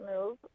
move